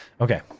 Okay